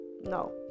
no